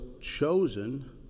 chosen